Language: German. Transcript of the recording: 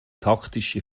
taktische